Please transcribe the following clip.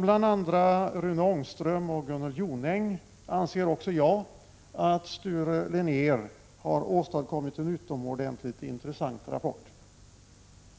Tlikhet med Rune Ångström och Gunnel Jonäng anser också jag att Sture Linnér har åstadkommit en utomordentligt intressant rapport.